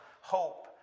hope